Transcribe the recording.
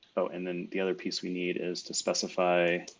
oh, and then the other piece we need is to specify